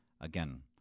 Again